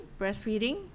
breastfeeding